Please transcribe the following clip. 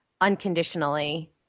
unconditionally